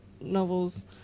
novels